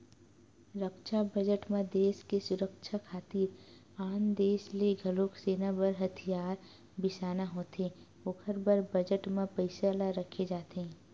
रक्छा बजट म देस के सुरक्छा खातिर आन देस ले घलोक सेना बर हथियार बिसाना होथे ओखर बर बजट म पइसा ल रखे जाथे